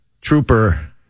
trooper